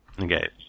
Okay